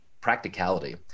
practicality